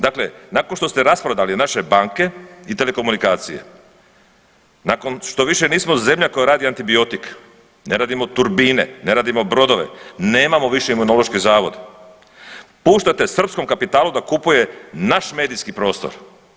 Dakle, nakon što ste rasprodali naše banke i telekomunikacije, nakon što više nismo zemlja koja radi antibiotik, ne radimo turbine, ne radimo brodove, nemamo više Imunološki zavod puštate srpskom kapitalu da kupuje naš medijski prostor.